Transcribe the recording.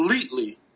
completely